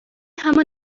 همان